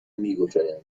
میگشایند